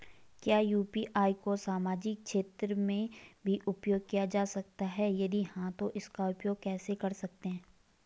क्या यु.पी.आई को सामाजिक क्षेत्र में भी उपयोग किया जा सकता है यदि हाँ तो इसका उपयोग कैसे कर सकते हैं?